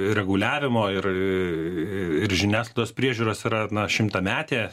reguliavimo ir žiniasklaidos priežiūros yra na šimtametė